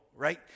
right